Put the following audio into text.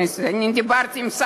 אני דיברתי עם כל חברי הכנסת,